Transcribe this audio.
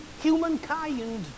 humankind